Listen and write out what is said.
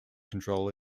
control